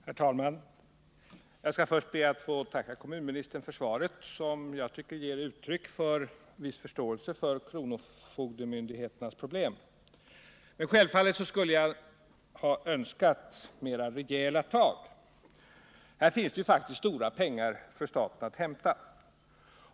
Herr talman! Jag skall först be att få tacka kommunministern för svaret på min interpellation. Jag tycker att det ger uttryck för en viss förståelse för kronofogdemyndigheternas problem. Självfallet skulle jag ha önskat mera rejäla tag. Här finns det ju faktiskt stora pengar för staten att hämta.